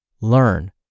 learn